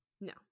No